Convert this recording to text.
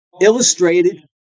illustrated